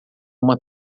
uma